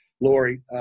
Lori